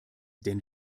denn